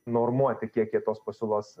normuoti kiek jie tos pasiūlos